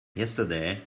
yesterday